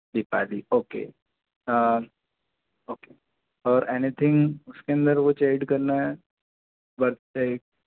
Deepali okay okay और anything उसके अंदर कुछ ऐड करना है बर्थडे